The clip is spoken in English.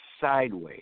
sideways